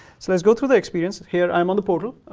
so let's go through the experience. here i'm on the portal.